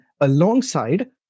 alongside